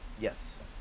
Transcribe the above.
Yes